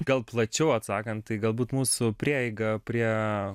gal plačiau atsakant tai galbūt mūsų prieiga prie